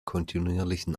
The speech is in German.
kontinuierlichen